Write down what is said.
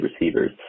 receivers